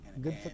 Good